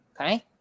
Okay